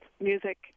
music